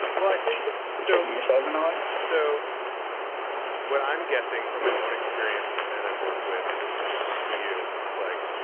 well, i think so, yes. i was annoyed so what i'm guessing from my own experience, from men i've worked with and just from listening to you is like